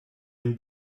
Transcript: une